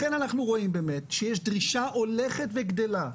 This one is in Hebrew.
לכן אנחנו רואים באמת שיש דרישה הולכת וגדלה,